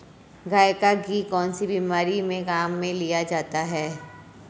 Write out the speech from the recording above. गाय का घी कौनसी बीमारी में काम में लिया जाता है?